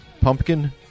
Pumpkin